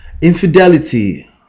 Infidelity